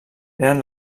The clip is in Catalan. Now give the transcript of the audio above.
eren